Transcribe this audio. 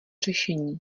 řešení